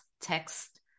text